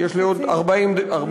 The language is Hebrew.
יש לי עוד 40 שניות.